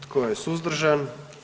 Tko je suzdržan?